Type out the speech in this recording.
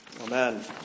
Amen